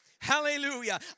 Hallelujah